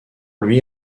lui